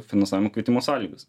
finansavimo keitimo sąlygas